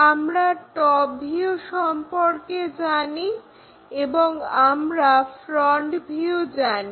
আমরা টপভিউ সম্পর্কে জানি এবং আমরা ফ্রন্ট ভিউ জানি